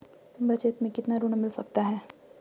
बचत मैं कितना ऋण मिल सकता है?